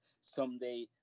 Someday